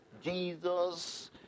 Jesus